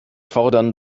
fordern